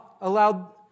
allowed